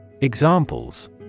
Examples